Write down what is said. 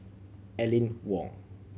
Aline Wong